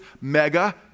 mega